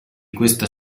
questa